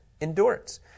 endurance